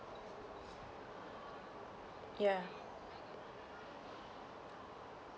ya